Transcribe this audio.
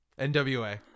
nwa